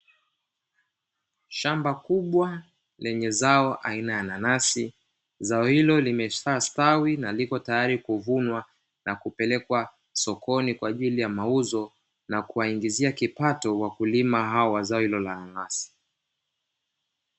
Shamba kubwa lenye zao aina ya nanasi. Zao hilo limestawi na liko tayari kuvunwa na kupelekwa sokoni kwa ajili ya mauzo, na kuwaingizia kipato wakulima hao wa zao hilo la nanasi.